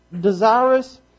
desirous